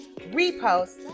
repost